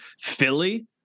Philly